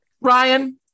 Ryan